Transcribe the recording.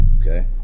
okay